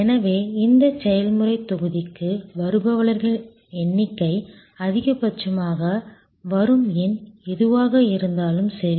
எனவே இந்த செயல்முறைத் தொகுதிக்கு வருபவர்களின் எண்ணிக்கை அதிகபட்சமாக வரும் எண் எதுவாக இருந்தாலும் சரி